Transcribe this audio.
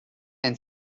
and